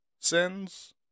sins